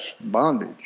bondage